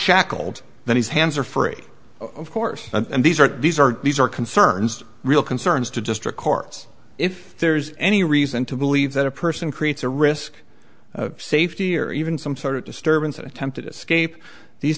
shackled then his hands are free of course and these are these are these are concerns real concerns to district courts if there's any reason to believe that a person creates a risk of safety or even some sort of disturbance an attempted escape these